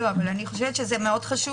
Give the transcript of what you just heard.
זה מאוד חשוב